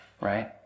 right